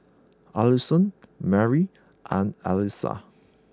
Allisson Merry and Elia